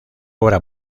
obra